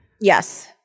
Yes